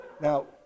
Now